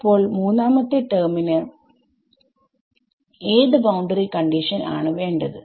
അപ്പോൾ ഒന്നാമത്തെ ടെർമ് ന് ഏത് ബൌണ്ടറി കണ്ടിഷൻ ആണ് വേണ്ടത്